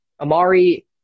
Amari